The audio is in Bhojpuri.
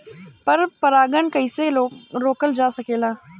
पर परागन कइसे रोकल जा सकेला?